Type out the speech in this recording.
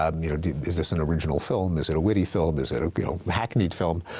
um you know is this an original film? is it a witty film, is it a you know hackneyed film?